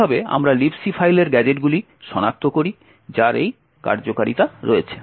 এইভাবে আমরা Libc ফাইলের গ্যাজেটগুলি সনাক্ত করি যার এই কার্যকারিতা রয়েছে